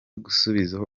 gusubiza